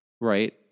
right